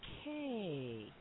Okay